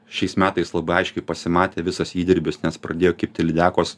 šiais metais labai aiškiai pasimatė visas įdirbis nes pradėjo kibti lydekos